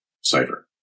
cipher